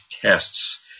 tests